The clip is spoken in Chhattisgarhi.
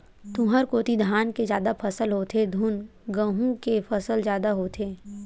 तुँहर कोती धान के जादा फसल होथे धुन गहूँ के फसल जादा होथे?